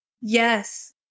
Yes